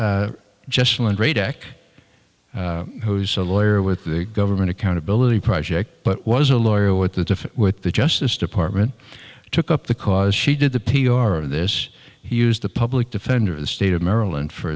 radack who's a lawyer with the government accountability project but was a lawyer with the with the justice department took up the cause she did the p r of this he used the public defender the state of maryland for